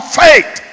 faith